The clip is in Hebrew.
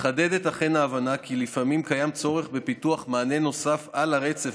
מתחדדת אכן ההבנה כי לפעמים קיים צורך בפיתוח מענה נוסף על הרצף